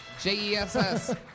J-E-S-S